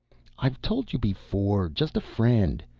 i've told you before just a friend.